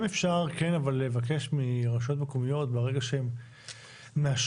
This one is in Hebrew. --- האם אפשר לבקש מרשויות מקומיות ברגע שהן מאשרות,